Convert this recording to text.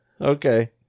Okay